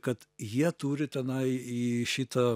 kad jie turi tenai į šitą